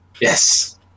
yes